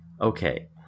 Okay